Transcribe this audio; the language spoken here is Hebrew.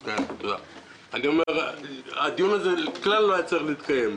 הדיון הזה כלל לא היה צריך להתקיים,